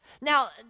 Now